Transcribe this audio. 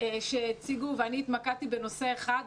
שהציגו ואני התמקדתי בנושא אחד,